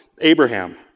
Abraham